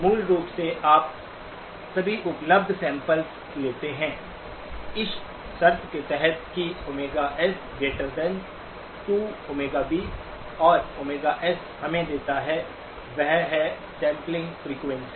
मूल रूप से आप सभी उपलब्ध सैम्पल्स लेते हैं इस शर्त के तहत कि Ωs≥2ΩB और Ωs हमें देता है वह है सैंपलिंग फ्रीक्वेंसी